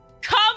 Come